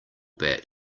bat